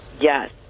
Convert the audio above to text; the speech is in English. yes